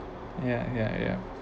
ya ya ya